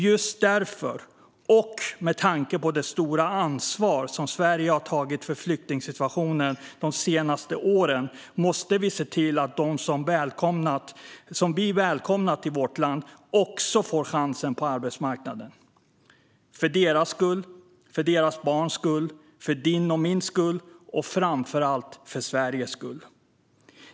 Just därför, och med tanke på det stora ansvar som Sverige har tagit för flyktingsituationen de senaste åren, måste vi se till att dem vi har välkomnat till vårt land också får chansen på arbetsmarknaden - för deras skull, för deras barns skull, för din och min skull och framför allt för Sveriges skull.